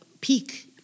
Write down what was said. peak